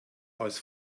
als